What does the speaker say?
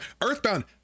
earthbound